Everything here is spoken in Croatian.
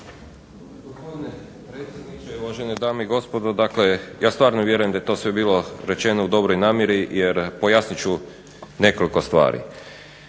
uvijek